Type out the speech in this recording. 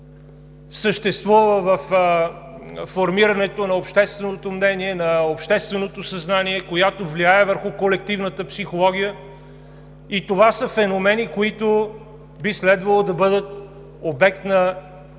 съществува във формирането на общественото мнение, на общественото съзнание, която влияе върху колективната психология, и това са феномени, които би следвало да бъдат обект на